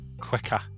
quicker